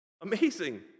Amazing